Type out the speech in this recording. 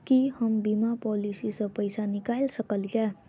की हम बीमा पॉलिसी सऽ पैसा निकाल सकलिये?